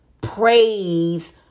praise